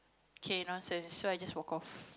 K nonsense so I just walk off